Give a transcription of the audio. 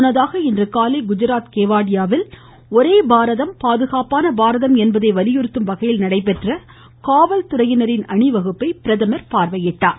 முன்னதாக இன்று காலை குஜராத் கேவாடியாவில் ஒரே பாரதம் பாதுகாப்பான பாரகம் என்பதை வலியுறுத்தும் வகையில் நடைபெற்ற காவல்துறையினரின் அணிவகுப்பை பார்வையிட்டார்